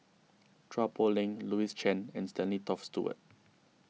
Chua Poh Leng Louis Chen and Stanley Toft Stewart